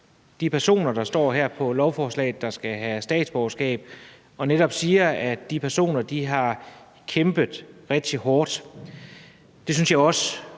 personer, der står her på lovforslaget, og som skal have statsborgerskab, og ordføreren siger netop, at de personer har kæmpet rigtig hårdt. Det synes jeg også,